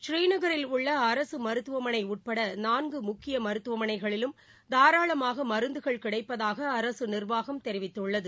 ஸ்ரீநகரில் உள்ள அரசு மருத்துவமனை உட்பட நான்கு முக்கிய மருத்துவமனைகளிலும் தாராளமாக மருந்துகள் கிடைப்பதாக அரசு நிர்வாகம் தெரிவித்துள்ளது